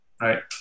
Right